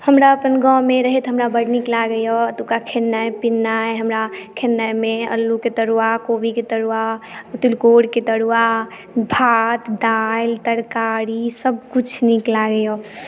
हमरा अपन गाँवमे रहैत हमरा बड नीक लागैए ओतुका खेनाइ पिनाइ हमरा खेनाइमे आलूके तरुआ कोबीके तरुआ तिलकोरके तरुआ भात दालि तरकारी सभकिछु नीक लागैए